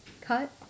cut